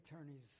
attorneys